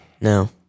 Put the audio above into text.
No